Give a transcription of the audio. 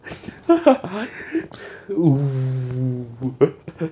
oo